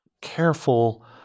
careful